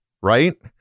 right